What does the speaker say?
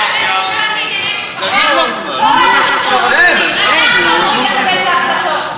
פה אנחנו אמורים לקבל את ההחלטות.